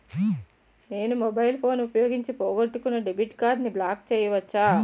నేను mobile phone ఉపయోగించి పోగొట్టుకున్న డెబిట్ కార్డ్ని బ్లాక్ చేయవచ్చా?